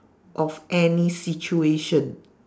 of any situation